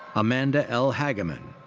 amanda l. hagaman.